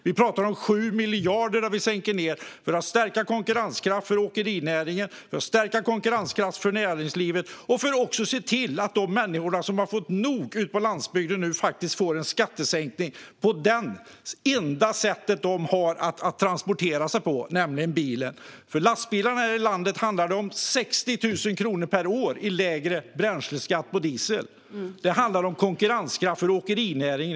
Vi pratar om 7 miljarder för att stärka konkurrenskraften för åkerinäringen, för att stärka konkurrenskraften för näringslivet och för att se till att de människor ute på landsbygden som har fått nog ska få en skattesänkning i fråga om det enda sättet de har att transportera sig på - det handlar om bilen. För lastbilarna här i landet handlar det om 60 000 kronor per år i lägre dieselskatt. Det handlar om konkurrenskraft för åkerinäringen.